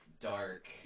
dark